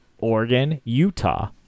Oregon-Utah